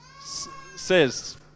says